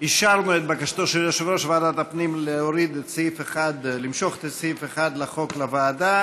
אישרנו את בקשתו של יושב-ראש ועדת הפנים למשוך את סעיף 1 לחוק לוועדה.